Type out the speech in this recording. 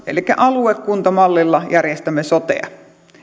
elikkä aluekuntamallilla järjestämme sotea